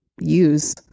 use